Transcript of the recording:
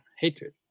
hatred